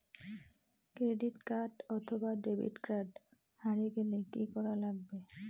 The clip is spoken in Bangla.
ক্রেডিট কার্ড অথবা ডেবিট কার্ড হারে গেলে কি করা লাগবে?